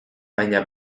baina